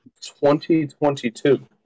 2022